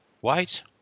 white